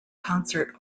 concert